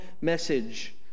message